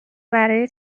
برای